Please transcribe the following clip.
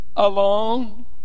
alone